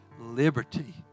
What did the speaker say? liberty